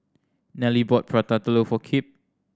Nelly bought Prata Telur for Kipp